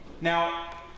Now